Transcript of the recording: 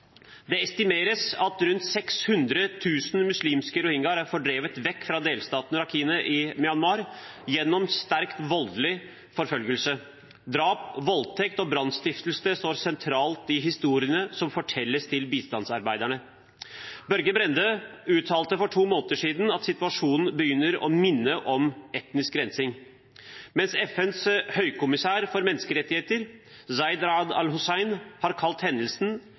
Det estimeres at rundt 600 000 muslimske rohingyaer er fordrevet fra delstaten Rakhine i Myanmar – gjennom sterkt voldelig forfølgelse. Drap, voldtekt og brannstiftelse står sentralt i historiene som fortelles til bistandsarbeiderne. Børge Brende uttalte for to måneder siden at situasjonen «begynner å minne om etnisk rensing», mens FNs høykommissær for menneskerettigheter, Zeid Ra’ad Al Hussein, har kalt hendelsen